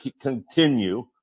continue